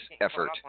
effort